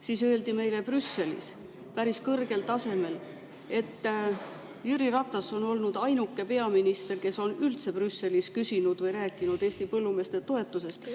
siis öeldi meile Brüsselis päris kõrgel tasemel, et Jüri Ratas on olnud ainuke peaminister, kes on Brüsselis üldse küsinud või rääkinud Eesti põllumeeste toetusest.